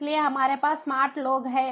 इसलिए हमारे पास स्मार्ट लोग हैं